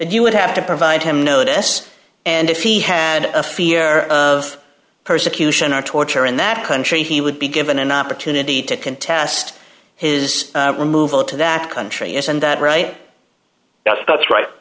you would have to provide him notice and if he had a fear of persecution or torture in that country he would be given an opportunity to contest his removal to that country isn't that right that's